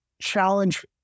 challenge